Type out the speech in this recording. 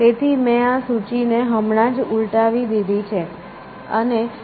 તેથી મેં આ સૂચિને હમણાં જ ઉલટાવી દીધી છે અને તેને પાથ તરીકે પરત કરી છે